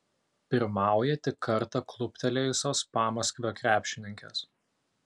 pirmauja tik kartą kluptelėjusios pamaskvio krepšininkės